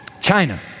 China